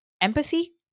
empathy